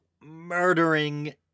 murdering